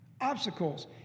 obstacles